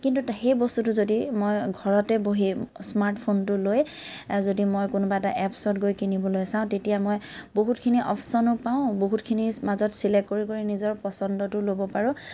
কিন্তু সেই বস্তুটো যদি মই ঘৰতে বহি স্মাৰ্ট ফোনটো লৈ যদি মই কোনোবা এটা এপচত গৈ কিনিবলৈ চাওঁ তেতিয়া মই বহুতখিনি অপচনো পাওঁ বহুতখিনিৰ মাজত চিলেক্ট কৰি কৰি নিজৰ পচন্দটো ল'ব পাৰোঁ